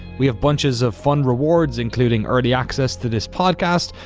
we have bunches of fun rewards, including early access to this podcast,